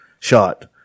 shot